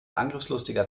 angriffslustiger